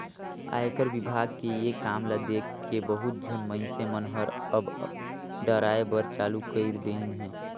आयकर विभाग के ये काम ल देखके बहुत झन मइनसे मन हर अब डराय बर चालू कइर देहिन हे